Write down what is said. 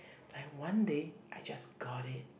like one day I just got it